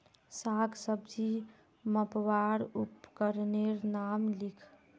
साग सब्जी मपवार उपकरनेर नाम लिख?